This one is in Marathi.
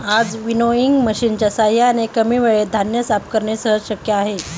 आज विनोइंग मशिनच्या साहाय्याने कमी वेळेत धान्य साफ करणे सहज शक्य आहे